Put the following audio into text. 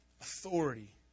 authority